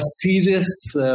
serious